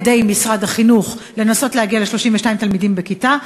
משרד החינוך לנסות להגיע ל-32 תלמידים בכיתה,